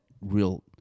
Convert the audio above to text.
real